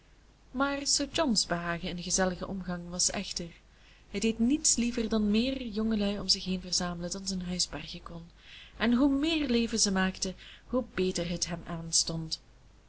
maar sir john's behagen in gezelligen omgang was èchter hij deed niets liever dan meer jongelui om zich heen verzamelen dan zijn huis bergen kon en hoe meer leven ze maakten hoe beter het hem aanstond